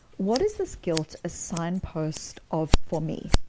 what is this guilt a signpost of for me?